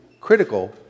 critical